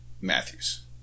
Matthews